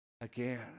again